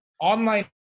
online